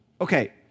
Okay